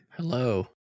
Hello